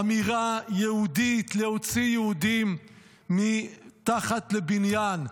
זו אמירה יהודית להוציא יהודים מתחת לבניין.